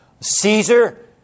Caesar